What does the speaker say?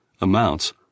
amounts